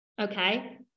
Okay